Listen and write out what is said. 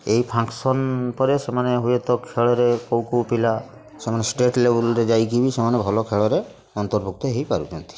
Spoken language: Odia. ଫଙ୍କ୍ସନ୍ ପରେ ସେମାନେ ହୁଏତ ଖେଳରେ କେଉଁ କେଉଁ ପିଲା ସେମାନେ ଷ୍ଟେଟ୍ ଲେବୁଲ୍ରେ ଯାଇକି ବି ସେମାନେ ଭଲ ଖେଳରେ ଅନ୍ତର୍ଭୁକ୍ତ ହେଇପାରୁଛନ୍ତି